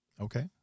Okay